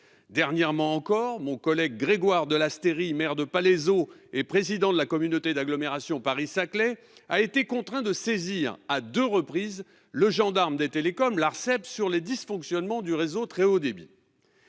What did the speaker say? Dernièrement encore, mon collègue Grégoire de Lasteyrie, maire de Palaiseau et président de la communauté d'agglomération Paris-Saclay, a été contraint de saisir à deux reprises le gendarme des télécoms, l'Arcep, ou Autorité de régulation